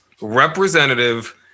Representative